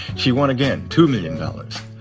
she won again two million dollars.